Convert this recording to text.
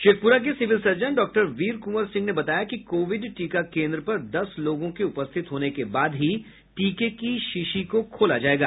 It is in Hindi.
शेखपुरा के civil surgeon doctor Veer Kunwar Singh ने बताया कि कोविड टीका केन्द्र पर दस लोगों के उपस्थित होने के बाद ही टीके की शीशी को खोला जायेगा